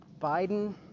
Biden